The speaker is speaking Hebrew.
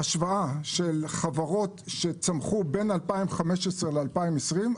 חברות שצמחו בין 2015 ל-2020.